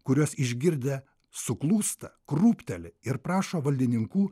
kuriuos išgirdę suklūsta krūpteli ir prašo valdininkų